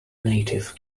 native